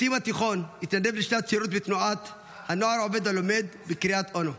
בסיום התיכון התנדב לשנת שירות בתנועת הנוער העובד והלומד בקריית אונו.